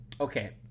Okay